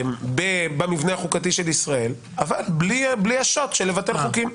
במבנה החוקתי של ישראל אבל בלי השוט של ביטול חוקים.